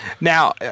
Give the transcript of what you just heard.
Now